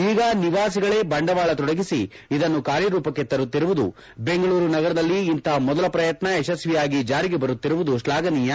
ಈಗ ನಿವಾಸಿಗಳೇ ಬಂಡವಾಳ ತೊಡಗಿಸಿ ಇದನ್ನು ಕಾರ್ಯರೂಪಕ್ಕೆ ತರುತ್ತಿರುವುದು ಬೆಂಗಳೂರು ನಗರದಲ್ಲಿ ಇಂತಹ ಮೊದಲ ಪ್ರಯತ್ನ ಯಶಸ್ವಿಯಾಗಿ ಜಾರಿಗೆ ಬರುತ್ತಿರುವುದು ಶ್ಲಾಘನೀಯ